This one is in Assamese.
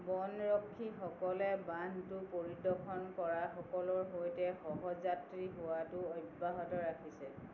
বনৰক্ষীসকলে বান্ধটো পৰিদৰ্শন কৰা সকলৰ সৈতে সহযাত্ৰী হোৱাটো অব্যাহত ৰাখিছে